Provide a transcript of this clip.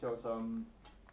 sell some